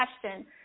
question